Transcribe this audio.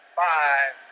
five